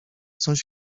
coś